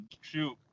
Shoot